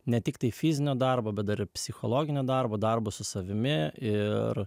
ne tiktai fizinio darbo bet dar ir psichologinio darbo darbo su savimi ir